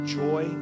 joy